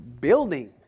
building